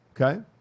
Okay